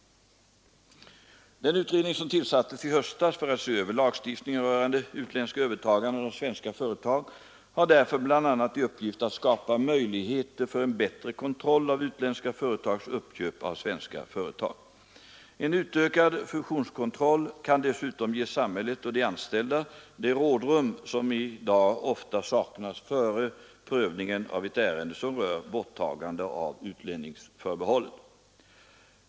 Den utredning som tillsattes i höstas för att se över lagstiftningen rörande utländska övertaganden av svenska företag har därför bl.a. i uppgift att skapa möjligheter för en bättre kontroll av utländska företags uppköp av svenska företag. En utökad fusionskontroll kan dessutom ge samhället och de anställda det rådrum som i dag ofta saknas före prövningen av ett ärende som rör borttagande av utlänningsförbehållet.